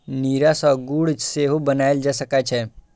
नीरा सं गुड़ सेहो बनाएल जा सकै छै